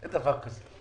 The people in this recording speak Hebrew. אין דבר כזה.